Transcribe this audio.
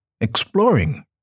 exploring